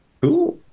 Cool